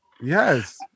Yes